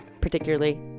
particularly